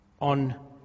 on